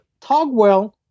Togwell